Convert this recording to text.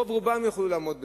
רוב רובם יוכלו לעמוד בזה.